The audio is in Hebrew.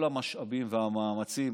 כל המשאבים והמאמצים.